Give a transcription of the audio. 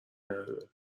نداره